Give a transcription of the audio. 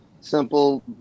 simple